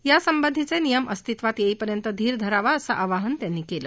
यासंबधीचे नियम अस्तित्वात येईपर्यंत धीर धरावा असं आवाहन त्यांनी केलं